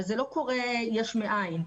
אבל זה לא קורה יש מאין,